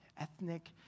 ethnic